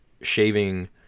shaving